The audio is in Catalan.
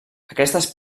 aquestes